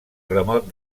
remot